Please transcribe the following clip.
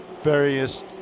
various